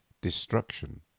destruction